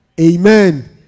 amen